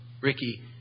Ricky